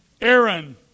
Aaron